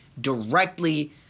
directly